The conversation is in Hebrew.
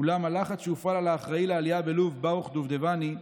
אולם הלחץ שהופעל על האחראי לעלייה בלוב ברוך דובדבני,